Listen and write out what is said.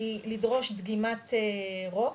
היא לדרוש דגימת רוק.